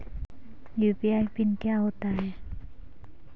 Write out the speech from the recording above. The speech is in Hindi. यु.पी.आई पिन क्या होता है?